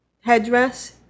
headdress